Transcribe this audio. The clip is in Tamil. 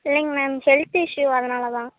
இல்லைங்க மேம் ஹெல்த் இஷ்யூ அதனால்தான்